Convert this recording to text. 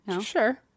Sure